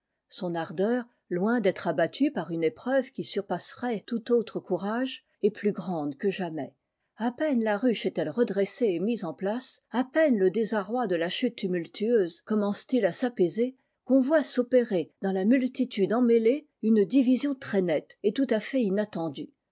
son ardeur loin d'être abattue r une épreuve qui surpasserait tout autre c est plus grande que jamais a peine la ruche est-elle redressée et mise en place à peine le désarroi de la chute tumullueuse commence t il à s'apaiser qu'on voit s'opérer dans la multitude emmêlée une division très nette et tout à fait inattendue